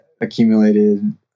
accumulated